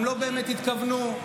הם לא באמת התכוונו.